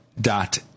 dot